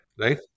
right